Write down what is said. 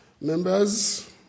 members